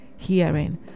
hearing